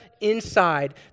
inside